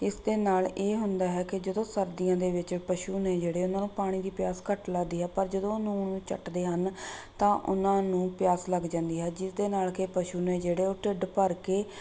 ਇਸ ਦੇ ਨਾਲ ਇਹ ਹੁੰਦਾ ਹੈ ਕਿ ਜਦੋਂ ਸਰਦੀਆਂ ਦੇ ਵਿੱਚ ਪਸ਼ੂ ਨੇ ਜਿਹੜੇ ਉਹਨਾਂ ਨੂੰ ਪਾਣੀ ਦੀ ਪਿਆਸ ਘੱਟ ਲੱਗਦੀ ਹੈ ਪਰ ਜਦੋਂ ਉਹ ਲੂਣ ਨੂੰ ਚੱਟਦੇ ਹਨ ਤਾਂ ਉਹਨਾਂ ਨੂੰ ਪਿਆਸ ਲੱਗ ਜਾਂਦੀ ਹੈ ਜਿਸਦੇ ਨਾਲ ਕਿ ਪਸ਼ੂ ਨੇ ਜਿਹੜੇ ਉਹ ਢਿੱਡ ਭਰ ਕੇ